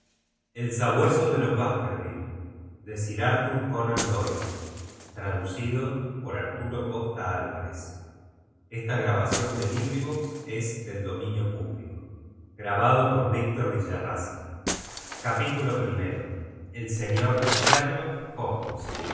el sabueso de los baskerville el señor shbrlock holmes el señor sherlock holmes